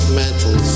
mental